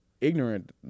ignorant